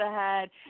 ahead